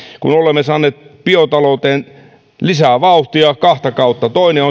kun olemme saaneet biotalouteen lisää vauhtia kahta kautta toinen